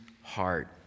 heart